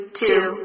two